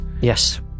yes